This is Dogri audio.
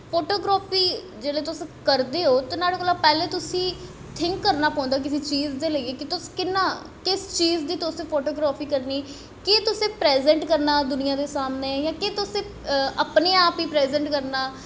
फोटोग्राफी जिसलै तुस करदे ओ ते नुहाढ़े कोला दा पैह्लें तुसें थिंक करना पौंदा किसे चीज़ दे लेई कि तुस किन्ना जिस चीज़ दी तुसें फोटोग्राफी करनी केह् तुस प्राजैंट करना दुनियां दे सामनै जां केह् तुसें अपने आप गी प्राजैंट करना